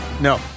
no